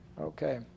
okay